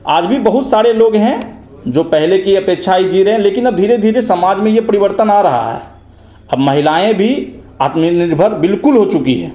आज भी बहुत सारे लोग हैं जो पहले की अपेक्षा ही जी रहे हैं लेकिन अब धीरे धीरे समाज में यह परिवर्तन आ रहा है अब महिलाएँ भी आत्मनिर्भर बिल्कुल हो चुकी हैं